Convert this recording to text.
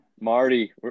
marty